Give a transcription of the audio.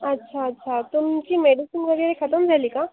अच्छा अच्छा तुमची मेडिसिन वगैरे खतम झाली का